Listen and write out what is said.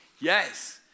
Yes